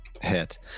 hit